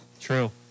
True